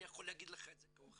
אני יכול להגיד לך את זה כהוכחה.